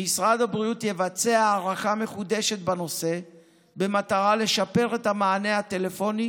משרד הבריאות יבצע הערכה מחודשת בנושא במטרה לשפר את המענה הטלפוני